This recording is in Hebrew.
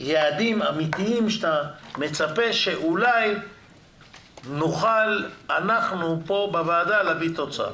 יעדים אמיתיים שאתה מצפה שאולי נוכל אנחנו פה בוועדה להביא תוצאה